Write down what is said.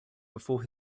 before